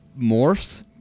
morphs